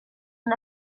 una